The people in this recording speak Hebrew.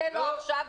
זה לא עכשיו,